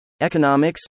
Economics